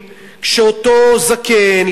כשאותו זקן,